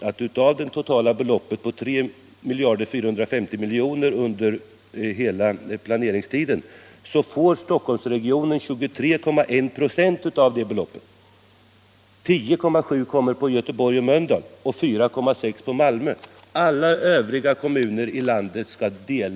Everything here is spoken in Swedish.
Av det totala beloppet på 3 450 000 000 under hela planeringstiden får Stockholmsregionen 23,1 96. 10,7 9 faller på Göteborg och Mölndal,